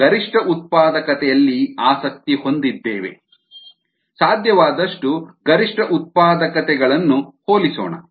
ನಾವು ಗರಿಷ್ಠ ಉತ್ಪಾದಕತೆಯಲ್ಲಿ ಆಸಕ್ತಿ ಹೊಂದಿದ್ದೇವೆ ಸಾಧ್ಯವಾದಷ್ಟು ಗರಿಷ್ಠ ಉತ್ಪಾದಕತೆಗಳನ್ನು ಹೋಲಿಸೋಣ